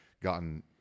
gotten